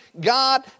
God